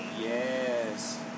Yes